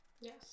Yes